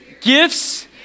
gifts